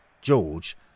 George